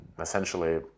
essentially